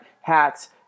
hats